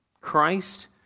Christ